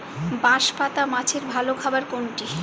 বাঁশপাতা মাছের ভালো খাবার কোনটি?